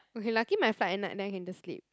okay lucky my flight at night then I can just sleep